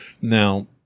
Now